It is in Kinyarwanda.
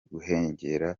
gushengerera